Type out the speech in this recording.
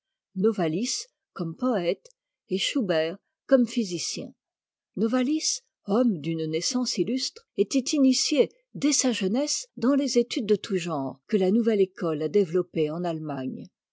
particulière novalis comme poëte et schubert comme physicien novalis homme d'une naissance illustre était initié dès sa jeunesse dans les études de tout genre que la nouvelle école a développées en allemagne